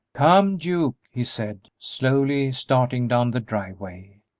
come, duke, he said, slowly starting down the driveway.